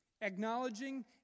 Acknowledging